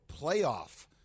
playoff